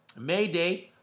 Mayday